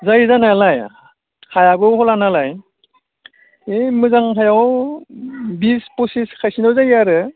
जायो जानायालाय हायाबो दहलानालाय ओइ मोजां हायाव बिस पसिस खायसेना जायो आरो